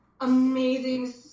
amazing